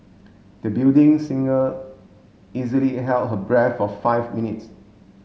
the building singer easily held her breath for five minutes